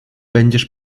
będziesz